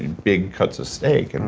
and big cuts of steak. and